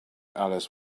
alice